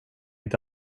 inte